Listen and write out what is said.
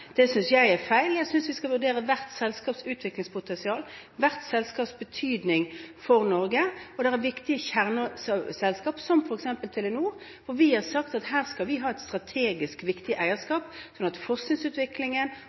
Det synes jeg er feil, jeg synes man skal vurdere hvert selskaps utviklingspotensial og hvert selskaps betydning for Norge. Det finnes viktige kjerneselskaper, som f.eks. Telenor, og vi har sagt at her skal man ha et strategisk viktig eierskap, sånn at forskningsutviklingen